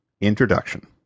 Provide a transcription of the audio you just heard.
INTRODUCTION